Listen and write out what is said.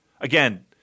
again